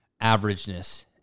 averageness